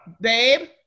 babe